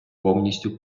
повністю